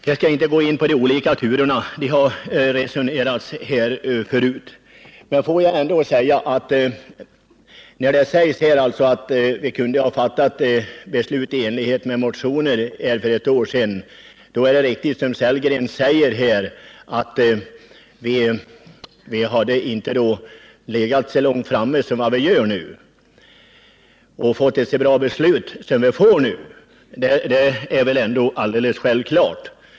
Jag skall inte gå in på de olika turerna, eftersom det har berörts här tidigare, men jag vill anknyta till vad som sagts om att vi kunde ha fattat beslut i frågan i enlighet med motioner som förelåg för ett år sedan. Det är i det avseendet riktigt som Rolf Sellgren säger att vi då inte låg så långt framme som vi gör nu, och vi hade därför inte fått ett så bra beslut som vi nu får, det är helt klart.